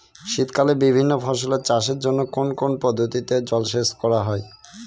শীতকালে বিভিন্ন ফসলের চাষের জন্য কোন কোন পদ্ধতিতে জলসেচ করা হয়?